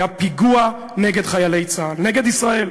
היה פיגוע נגד חיילי צה"ל, נגד ישראל.